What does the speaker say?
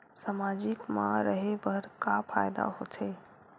सामाजिक मा रहे बार का फ़ायदा होथे?